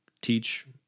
teach